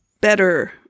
better